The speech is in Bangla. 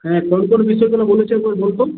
হ্যাঁ কোন কোন বিষয়ের ওপরে বলেছে একবার বলতো